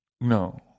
No